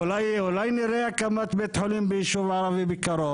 אולי נראה הקמת בית החולים ביישוב ערבי בקרוב.